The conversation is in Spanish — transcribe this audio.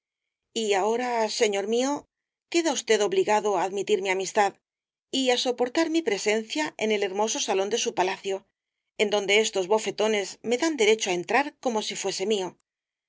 y ahora señor mío queda usted obligado á admitir mi amistad y á soportar mi presencia en el hermoso salón de su palacio en donde estos bofetones me dan derecho á entrar como si fuese mío